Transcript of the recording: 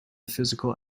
physical